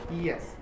Yes